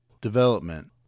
Development